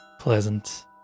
pleasant